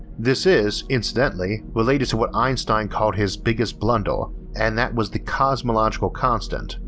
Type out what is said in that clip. this is, incidentally, related to what einstein called his biggest blunder and that was the cosmological constant,